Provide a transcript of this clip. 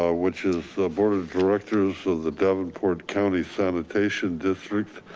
ah which is board of directors of the davenport county sanitation district.